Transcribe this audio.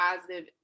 positive